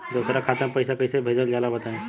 दोसरा खाता में पईसा कइसे भेजल जाला बताई?